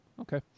Okay